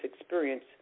experience